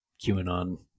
QAnon